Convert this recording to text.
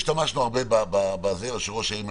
השתמשנו הרבה ב"ראש העיר ממנה",